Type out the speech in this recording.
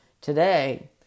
today